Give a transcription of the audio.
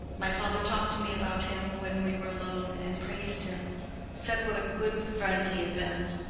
my father talked to me about him when we were alone, and praised him said what a good friend he had been.